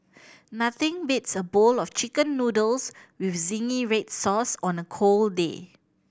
nothing beats a bowl of Chicken Noodles with zingy red sauce on a cold day